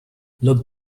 look